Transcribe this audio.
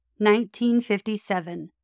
1957